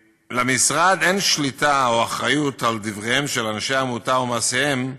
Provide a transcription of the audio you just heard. למשרד אין שליטה או אחריות לדבריהם של אנשי העמותה או מעשיהם,